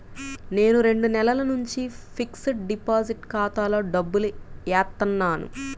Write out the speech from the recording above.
నేను రెండు నెలల నుంచి ఫిక్స్డ్ డిపాజిట్ ఖాతాలో డబ్బులు ఏత్తన్నాను